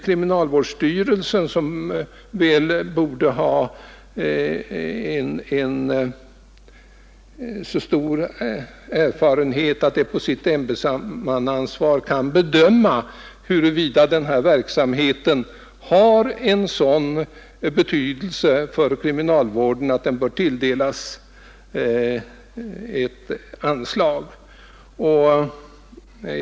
Kriminalvård sstyrelsen bordéMHär ha så stor erfarenhet att den under ämbetsmannaansvar kan bedöma, huruvida denna verksamhet har en sådan betydelse för kriminalvården att den bör tilldelas ett anslag.